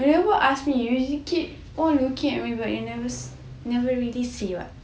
you never ask me you keep on looking at me but you never really say [what]